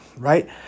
Right